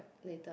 later